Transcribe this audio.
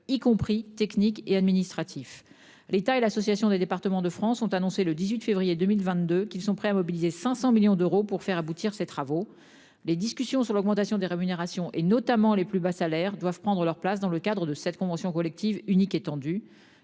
y compris techniques et administratifs l'état et l'association des départements de France ont annoncé le 18 février 2022 qu'ils sont prêts à mobiliser 500 millions d'euros pour faire aboutir ces travaux. Les discussions sur l'augmentation des rémunérations et notamment les plus bas salaires doivent prendre leur place dans le cadre de cette convention collective unique.